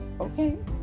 okay